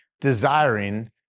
desiring